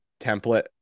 template